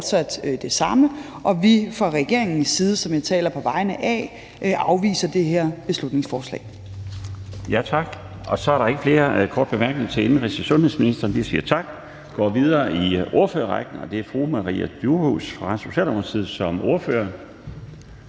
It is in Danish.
er fortsat den samme, og vi fra regeringens side, som jeg taler på vegne af, afviser det her beslutningsforslag. Kl. 13:07 Den fg. formand (Bjarne Laustsen): Så er der ikke flere korte bemærkning til indenrigs- og sundhedsministeren, så vi siger tak og går videre i ordførerrækken. Det er Maria Durhuus fra Socialdemokratiet som ordfører.